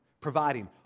providing